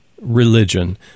religion